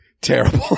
Terrible